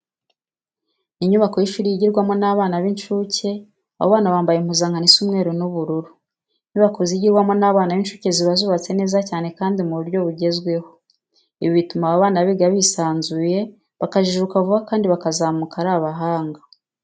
Ni inyubako y'ishuri yigirwamo n'abana b'incuke, abo bana bambaye impuzankano isa umweru n'ubururu. Inyubako zigirwamo n'abana b'incuke ziba zubatse neza cyane kandi mu buryo bugezweho. Ibi bituma aba bana biga bisanzuye, bakajijuka vuba maze bakazakura ari abahanga.